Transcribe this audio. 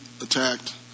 attacked